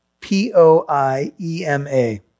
P-O-I-E-M-A